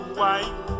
white